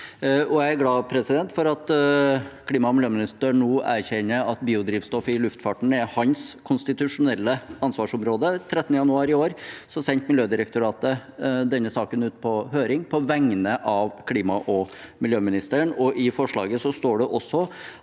Jeg er glad for at klima- og miljøministeren nå erkjenner at biodrivstoff i luftfarten er hans konstitusjonelle ansvarsområde. Den 13. januar i år sendte Miljødirektoratet denne saken ut på høring på vegne av klima- og miljøministeren, og i forslaget står det også